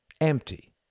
empty